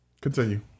Continue